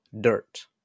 dirt